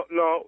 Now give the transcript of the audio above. no